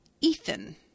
Ethan